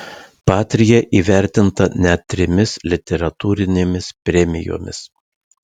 patria įvertinta net trimis literatūrinėmis premijomis